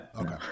Okay